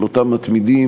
של אותם מתמידים,